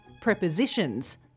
prepositions